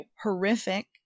horrific